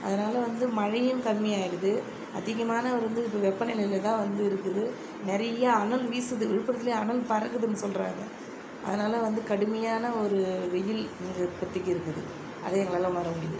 அதனால வந்து மழையும் கம்மி ஆகிடுது அதிகமான வந்து வெப்ப நிலையில் தான் வந்து இருக்குது நிறைய அனல் வீசுது விழுப்புரத்தில் அனல் பறக்குதுனு சொல்கிறாங்க அதனால வந்து கடுமையான ஒரு வெயில் இப்போதிக்கு இருக்குது அது எங்களால் உணர முடியிது